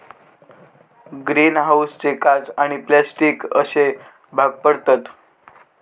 green हाऊसचे काच आणि प्लास्टिक अश्ये भाग पडतत